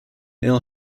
ill